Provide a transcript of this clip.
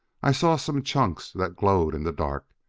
i saw some chunks that glowed in the dark.